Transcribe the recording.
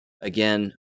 Again